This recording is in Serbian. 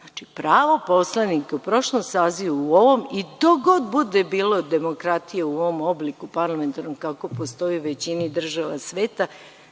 Znači, pravo poslanika u prošlom sazivu, u ovom i dok god bude bilo demokratije u ovom obliku parlamentarnom, kako postoji u većini država sveta,